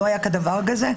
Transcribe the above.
לא היה כדבר כזה.